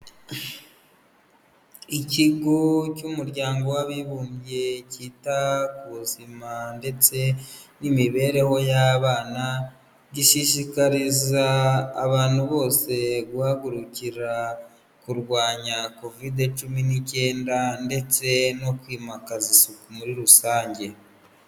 Ikigo cy'umuryango w'abibumbye cyita ku buzima ndetse n'imibereho y'abana, gisishikariza abantu bose guhagurukira kurwanya covide cumi n'icyenda(19) ndetse no kwimakaza isuku muri rusange.